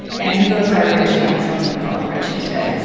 and he goes by richie, and so i'm going to call him richie today.